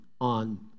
on